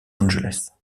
angeles